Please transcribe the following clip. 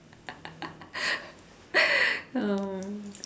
um